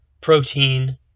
protein